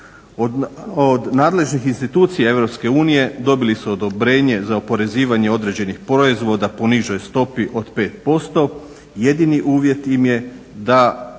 Od nadležnih institucija EU dobili su odobrenje za oporezivanje određenih proizvoda po nižoj stopi od 5% jedini uvjet im je da